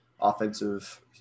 offensive